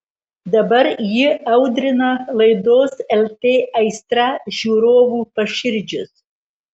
dabar ji audrina laidos lt aistra žiūrovų paširdžius